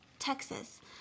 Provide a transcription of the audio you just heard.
Texas